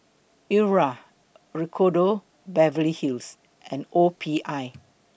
Iora Ricardo Beverly Hills and O P I